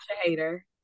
hater